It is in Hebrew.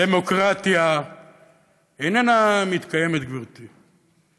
דמוקרטיה איננה מתקיימת, גברתי.